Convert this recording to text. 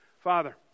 Father